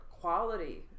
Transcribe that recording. quality